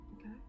Okay